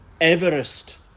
Everest